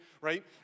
right